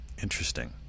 Interesting